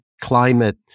climate